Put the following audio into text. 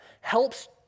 helps